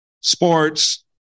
sports